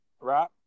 right